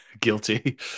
Guilty